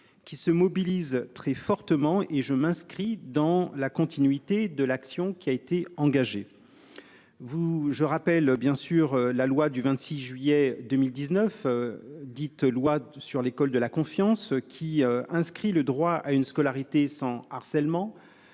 qui se mobilise très fortement et je m'inscris dans la continuité de l'action qui a été engagé. Vous je rappelle bien sûr la loi du 26 juillet 2019. Dite loi sur l'école de la confiance qui inscrit le droit à une scolarité sans harcèlement,